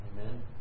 Amen